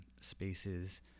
spaces